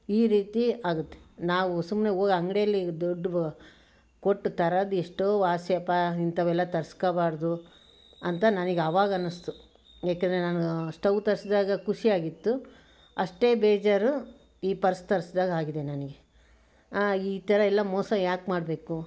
ಈ ರೀತಿ ಆಗತ್ತೆ ನಾವು ಸುಮ್ಮನೆ ಹೋಗಿ ಅಂಗಡಿಯಲ್ಲಿ ದುಡ್ಡು ಕೊಟ್ಟು ತರೋದು ಎಷ್ಟೋ ವಾಸಿಯಪ್ಪ ಇಂಥವೆಲ್ಲ ತರ್ಸ್ಕಬಾರ್ದು ಅಂತ ನನಗೆ ಅವಾಗನ್ನಿಸ್ತು ಏಕೆಂದರೆ ನಾನು ಸ್ಟವ್ ತರಿಸಿದಾಗ ಖುಷಿಯಾಗಿತ್ತು ಅಷ್ಟೇ ಬೇಜಾರು ಈ ಪರ್ಸ್ ತರ್ಸ್ದಾಗಾಗಿದೆ ನನಗೆ ಈ ಥರಯೆಲ್ಲ ಮೋಸ ಯಾಕೆ ಮಾಡಬೇಕು